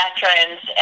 veterans